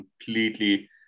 completely